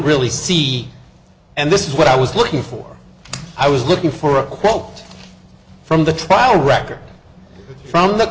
really see and this is what i was looking for i was looking for a quote from the trial record from the